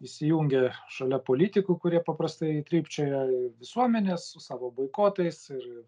įsijungia šalia politikų kurie paprastai trypčioja visuomenė su savo boikotais ir ir